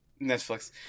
netflix